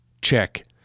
Check